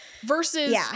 Versus